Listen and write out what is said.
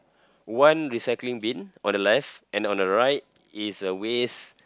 one recycling bin on the left and on the right it's a waste